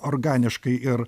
organiškai ir